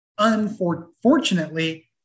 unfortunately